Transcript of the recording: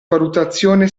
valutazione